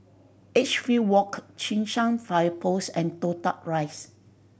Edgefield Walk Cheng San Fire Post and Toh Tuck Rise